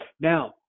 Now